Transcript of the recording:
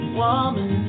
woman